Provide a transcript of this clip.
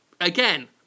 Again